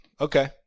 Okay